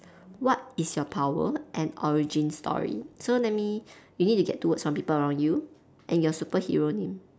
what is your power and origin story so let me you need to get two words from people around you and your superhero name